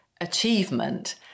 achievement